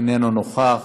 אינו נוכח,